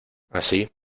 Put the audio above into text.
así